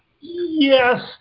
yes